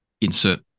insert